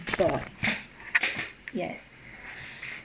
boss yes